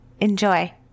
Enjoy